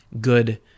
good